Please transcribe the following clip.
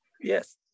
Yes